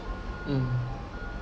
mm